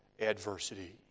adversity